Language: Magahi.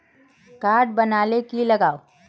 कार्ड बना ले की लगाव?